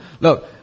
look